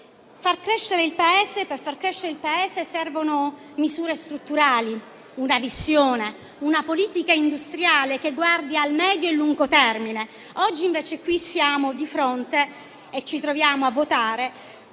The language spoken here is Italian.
Per far crescere il Paese servono misure strutturali, una visione, una politica industriale che guardi al medio e lungo termine. Oggi, invece, siamo di fronte e ci troviamo a votare